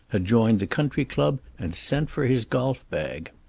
had joined the country club and sent for his golf bag.